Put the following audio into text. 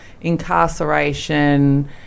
incarceration